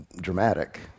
dramatic